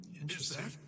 Interesting